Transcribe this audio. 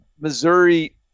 Missouri